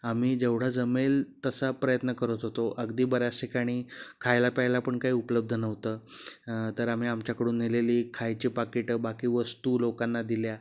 आम्ही जेवढा जमेल तसा प्रयत्न करत होतो अगदी बऱ्याच ठिकाणी खायला प्यायला पण काही उपलब्ध नव्हतं तर आम्ही आमच्याकडून नेलेली खायची पाकीटं बाकी वस्तू लोकांना दिल्या